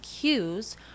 cues